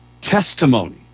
testimony